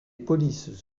polices